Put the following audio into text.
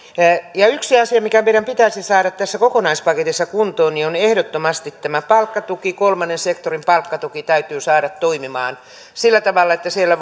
yksi asia mikä meidän pitäisi saada tässä kokonaispaketissa kuntoon on ehdottomasti tämä palkkatuki kolmannen sektorin palkkatuki täytyy saada toimimaan sillä tavalla että siellä